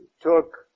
took